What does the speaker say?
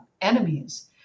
enemies